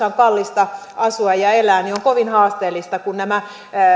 on kallista asua ja elää on kovin haasteellista kun tämä